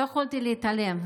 לא יכולתי להתעלם,